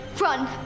Run